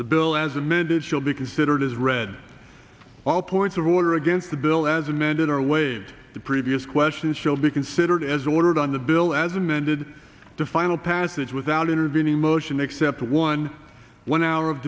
the bill as amended shall be considered as read all points of order against the bill as amended or waived the previous question shall be considered as ordered on the bill as amended the final passage without intervening motion except one one hour of